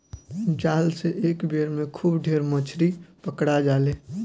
जाल से एक बेर में खूब ढेर मछरी पकड़ा जाले